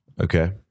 Okay